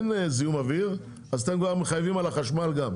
זיהום אוויר אז אתם מחייבים על החשמל גם.